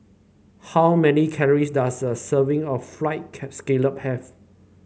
how many calories does a serving of fried scallop have